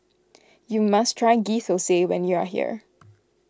you must try Ghee Thosai when you are here